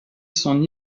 son